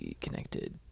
connected